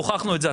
הוכחנו את זה.